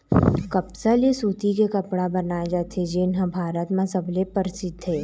कपसा ले सूती के कपड़ा बनाए जाथे जेन ह भारत म सबले परसिद्ध हे